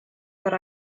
but